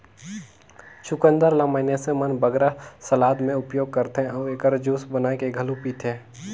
चुकंदर ल मइनसे मन बगरा सलाद में उपयोग करथे अउ एकर जूस बनाए के घलो पीथें